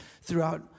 throughout